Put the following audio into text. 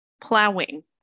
plowing